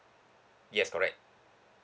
yes correct